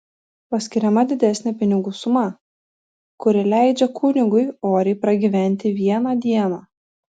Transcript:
paskiriama didesnė pinigų suma kuri leidžia kunigui oriai pragyventi vieną dieną